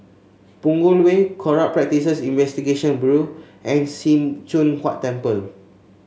Punggol Way Corrupt Practices Investigation Bureau and Sim Choon Huat Temple